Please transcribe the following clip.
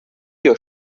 your